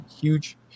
huge –